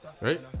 Right